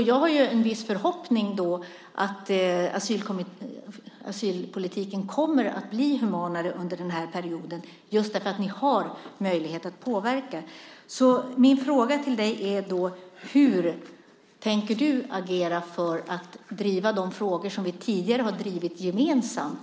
Jag har en viss förhoppning om att asylpolitiken kommer att bli humanare under den här perioden just därför att ni har möjlighet att påverka. Min fråga till dig är: Hur tänker du agera för att den nya regeringen ska driva de frågor som vi tidigare har drivit gemensamt?